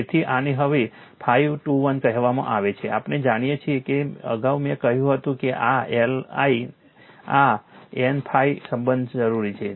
તેથી આને હવે ∅21 કહેવામાં આવે છે આપણે જાણીએ છીએ કે અગાઉ મેં કહ્યું હતું કે આ L I N ∅ સંબંધ જરૂરી છે